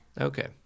Okay